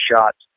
shots